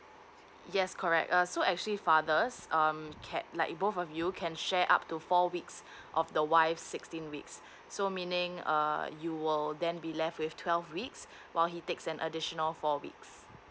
yes correct uh so actually fathers um can like both of you can share up to four weeks of the wife sixteen weeks so meaning uh you will then be left with twelve weeks while he takes an additional four weeks